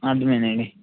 అర్థమైందండి